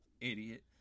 idiot